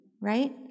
right